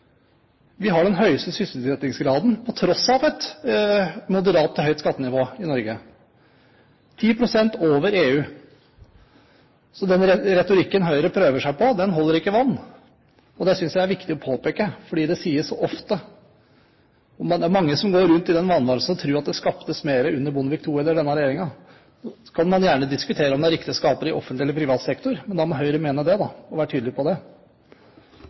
Vi har den høyeste sysselsettingsgraden på tross av et moderat til høyt skattenivå i Norge. Vi ligger 10 pst. over EU. Den retorikken Høyre prøver seg på, holder ikke vann. Det synes jeg er viktig å påpeke, for det sies så ofte. Det er mange som går rundt og i vanvare tror at det ble skapt mer under Bondevik II enn under denne regjeringen. Man kan gjerne diskutere om det er riktig å skape arbeidsplasser i offentlig eller privat sektor, men da må Høyre mene det og være tydelig på det.